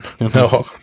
No